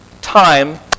time